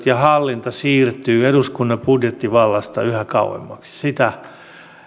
ja hallinta siirtyvät eduskunnan budjettivallasta yhä kauemmaksi sitä